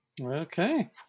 okay